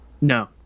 No